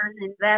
invest